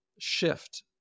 shift